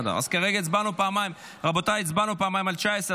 כרגע הצבענו פעמיים על 19,